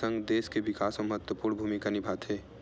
सगं, देस के बिकास म महत्वपूर्न भूमिका निभाथे